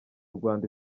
rwanda